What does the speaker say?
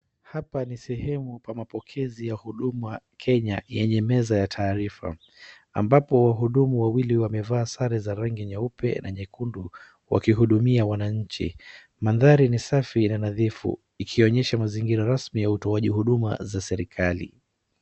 Hapa ni sehemu pa mapokezi ya Huduma Kenya yenye meza ya taarifa. Ambapo wahudumu wawili wamevaa sare za rangi nyeupe na nyekundu wakihudumia wananchi. Mandhari ni safi na nadhifu ikionyesha mazingira rasmi ya utoaji huduma za serikali.